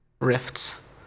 rifts